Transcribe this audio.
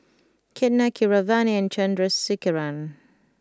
Ketna Keeravani and Chandrasekaran